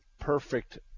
perfect